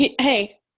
Hey